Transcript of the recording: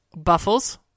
Buffles